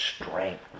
strength